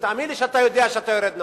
תאמין לי שאתה יודע שאתה יורד נמוך.